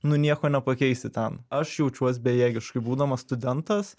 nu nieko nepakeisi ten aš jaučiuos bejėgiškai būdamas studentas